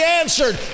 answered